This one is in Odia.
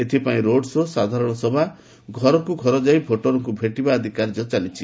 ଏଥିପାଇଁ ରୋଡ୍ ଶୋ' ସାଧାରଣ ସଭା ଘରକୁ ଘର ଯାଇ ଭୋଟରଙ୍କୁ ଭେଟିବା ଆଦି କାର୍ଯ୍ୟ ଚାଲିଛି